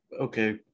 okay